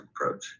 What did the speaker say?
approach